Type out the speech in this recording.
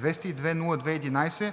№ 47-202-02-11,